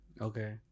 Okay